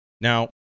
Now